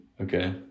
Okay